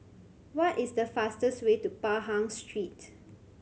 what is the fastest way to Pahang Street